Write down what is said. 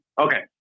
Okay